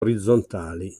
orizzontali